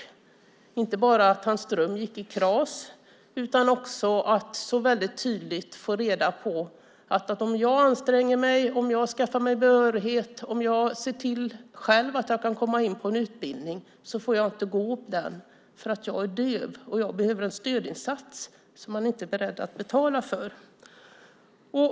Det är inte bara att hans dröm gick i kras, utan också att han så väldigt tydligt fick reda på att även om han anstränger sig, skaffar sig behörighet och själv ser till att han kan komma in på en utbildning får han inte gå den, för han är döv och behöver en stödinsats som man inte är beredd att betala för.